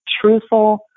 truthful